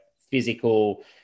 physical